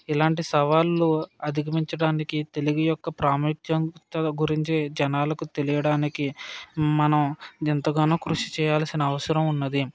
ఇలాంటి సవాళ్ళు అధిగమించడానికి తెలుగు యొక్క ప్రాముఖ్యత గురించి జనాలకు తెలియడానికి మనం ఎంతగానో కృషి చేయాల్సిన అవసరం ఉన్నది